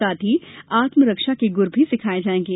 साथ ही आत्मरक्षा के गुर भी सिखाये जायेंगे